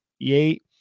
eight